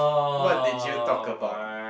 what did you talk about